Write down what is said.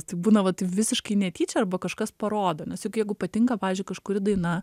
tai būna vat taip visiškai netyčia arba kažkas parodo nes juk jeigu patinka pavyzdžiui kažkuri daina